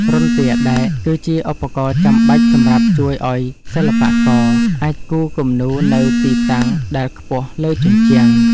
រន្ទាដែក គឺជាឧបករណ៍ចាំបាច់សម្រាប់ជួយឱ្យសិល្បករអាចគូរគំនូរនៅទីតាំងដែលខ្ពស់លើជញ្ជាំង។